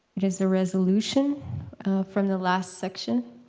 it is a resolution from the last section,